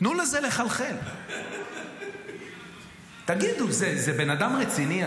תנו לזה לחלחל, תגידו, זה בן אדם רציני?